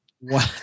Wow